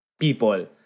people